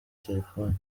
telefone